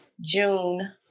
June